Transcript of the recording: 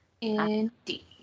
indeed